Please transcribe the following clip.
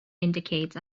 indicates